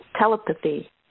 telepathy